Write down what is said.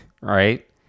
right